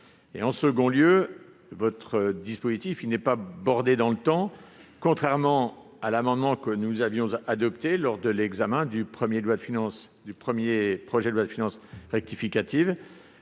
Deuxièmement, votre dispositif n'est pas borné dans le temps, contrairement à l'amendement que nous avions adopté lors de l'examen du premier projet de loi de finances rectificative